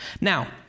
Now